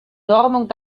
normung